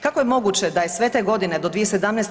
Kako je moguće da je sve to godine do 2017.